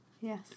Yes